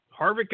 Harvick